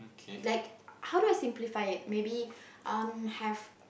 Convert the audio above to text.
like how do I simplify it maybe um have